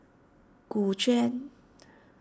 Gu Juan